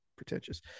pretentious